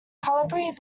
capillary